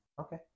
Okay